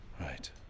Right